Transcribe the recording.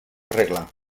arreglar